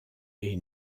est